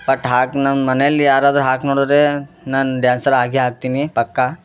ಒಟ್ಟು ಹಾಕ್ನು ನಮ್ಮ ಮನೆಯಲ್ಲಿ ಯಾರಾದರು ಹಾಕಿ ನೋಡಿದರೆ ನಾನು ಡ್ಯಾನ್ಸರ್ ಆಗೇ ಆಗ್ತೀನಿ ಪಕ್ಕಾ